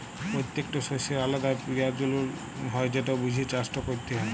পত্যেকট শস্যের আলদা পিরয়োজন হ্যয় যেট বুঝে চাষট ক্যরতে হয়